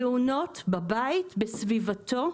תאונות בבית, בסביבתו.